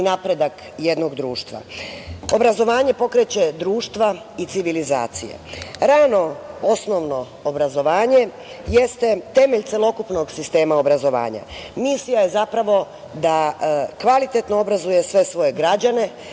i napredak jednog društva. Obrazovanje pokreće društva i civilizacije. Rano, osnovno obrazovanje jeste temelj celokupnog sistema obrazovanja. Misija je da kvalitetno obrazuje sve svoje građane,